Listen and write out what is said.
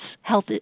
health